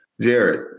Jared